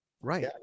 Right